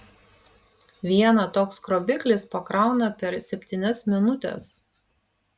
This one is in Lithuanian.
vieną toks kroviklis pakrauna per septynias minutes